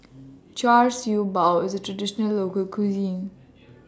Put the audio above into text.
Char Siew Bao IS A Traditional Local Cuisine